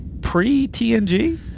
pre-TNG